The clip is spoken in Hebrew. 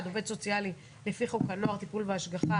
(1)עובד סוציאלי לפי חוק הנוער (טיפול והשגחה),